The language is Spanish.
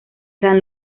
san